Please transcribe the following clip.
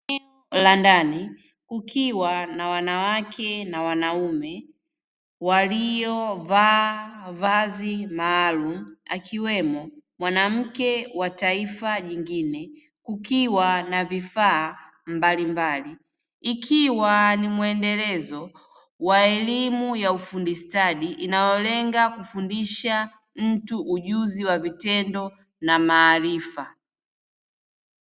Kwenye jengo la ndani, kukiwa na wanawake na wanaume waliovaa vazi maalumu, akiwemo mwanamke wa taifa jingine, kukiwa na vifaa mbalimbali. Ikiwa ni muendelezo wa elimu ya ufundi stadi inayolenga kufundisha mtu ujuzi wa vitendo na maarifa.